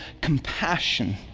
compassion